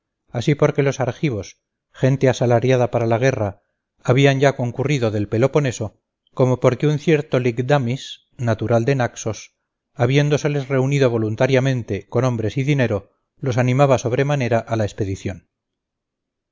así porque los argivos gente asalariada para la guerra habían ya concurrido del peloponeso como porque un cierto ligdamis natural de naxos habiéndoseles reunido voluntariamente con hombres y dinero los animaba sobremanera a la expedición